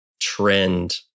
trend